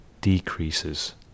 decreases